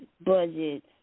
budget